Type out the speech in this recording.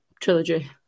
trilogy